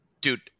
dude